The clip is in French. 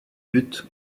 buts